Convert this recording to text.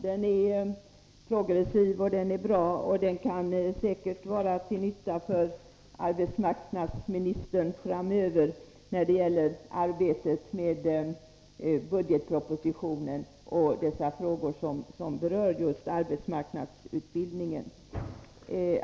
Den är progressiv och bra och kan säkert vara till nytta för arbetsmarknadsministern framöver när det gäller arbetet med budgetpropositionen och de frågor som berör just arbetsmarknadsutbildningen.